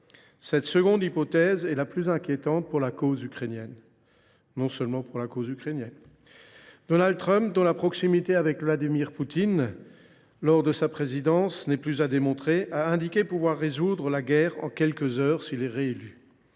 Cette dernière hypothèse est la plus inquiétante, notamment pour la cause ukrainienne. Donald Trump, dont la proximité avec Vladimir Poutine lors de sa présidence n’est plus à démontrer, a indiqué pouvoir mettre fin à la guerre en quelques heures s’il est réélu.